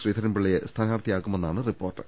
ശ്രീധരൻപിള്ളയെ സ്ഥാനാർത്ഥിയാക്കുമെന്നാണ് റിപ്പോർട്ട്